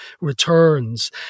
returns